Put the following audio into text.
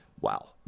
wow